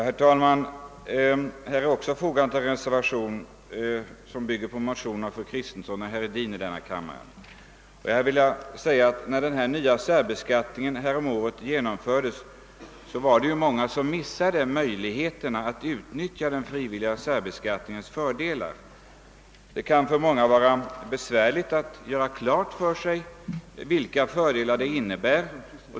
Herr talman! Vid detta betänkande är fogad en reservation, vilken bygger på en motion i denna kammare av fru Kristensson och herr Hedin. När den nya frivilliga särbeskattningen häromåret genomfördes var det många som gick miste om möjligheten att utnyttja denna beskattnings fördelar. Det kan vara besvärligt att göra klart för sig vilka fördelar den innebär.